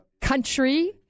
country